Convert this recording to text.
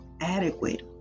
adequate